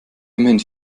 immerhin